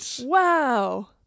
Wow